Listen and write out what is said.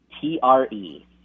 T-R-E